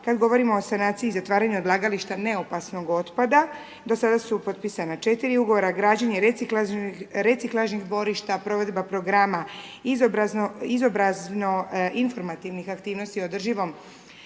Kad govorimo o sanaciji i zatvaranju odlagališta neopasnog otpada, do sada su potpisana 4 ugovora, građenje reciklažnih dvorišta, provedba programa izobrazno-informativnih aktivnosti o održivom